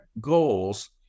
goals